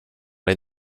les